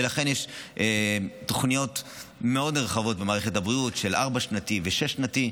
ולכן יש תוכניות מאוד נרחבות במערכת הבריאות של ארבע-שנתי ושש-שנתי,